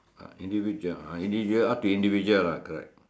uh individual individual up to individual lah correct